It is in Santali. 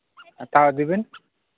ᱦᱟᱛᱟᱣ ᱤᱫᱤ ᱵᱤᱱ